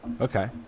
Okay